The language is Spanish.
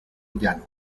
llano